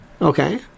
Okay